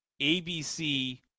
ABC